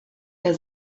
der